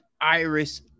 iris